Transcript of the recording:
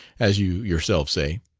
as you yourself say.